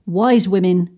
wisewomen